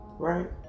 Right